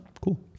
Cool